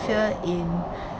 fear in